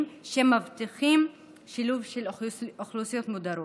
שמבטיחים שילוב של אוכלוסיות מודרות.